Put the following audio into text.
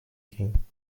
ging